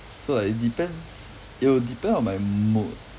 so like depends it'll depend on my mood